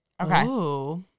Okay